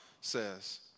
says